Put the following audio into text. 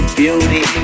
beauty